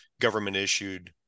government-issued